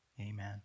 Amen